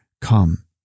come